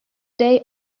day